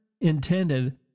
intended